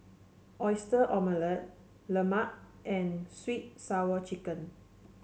Oyster Omelette Lemang and sweet and Sour Chicken